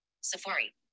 Safari